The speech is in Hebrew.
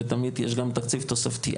ותמיד יש גם תקציב תוספתי.